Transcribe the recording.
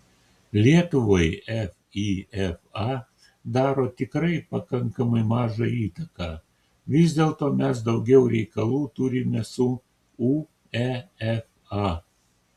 lietuvai fifa daro tikrai pakankamai mažą įtaką vis dėlto mes daugiau reikalų turime su uefa